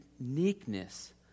uniqueness